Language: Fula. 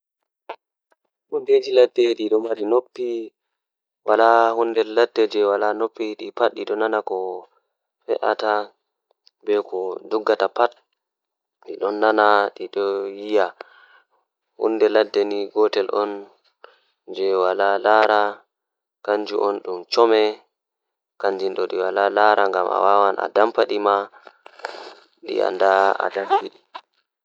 Ɗokam ɗum Wala nafu ɓikkon tokka jangugo haa makaranta poemin waɗtude heɓugol ko moƴƴi e jango e keewɗi ngam inndiyanke. Ɓe waɗtude poemin heɓugol goɗɗum e neɗɗo ngam fotta koɓe ngalle e sabu ngaawde waɗtude ko moƴƴi e leƴƴi. Poemin suudu ɗum fof woni o wawɗi ɗum fowru ngal, kadi ɓe heɓugol tawtude ngam tawtugol neɗɗo, njilli laawol e safara.